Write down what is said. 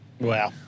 Wow